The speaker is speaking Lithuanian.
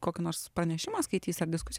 kokį nors pranešimą skaitys ar diskus